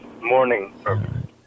morning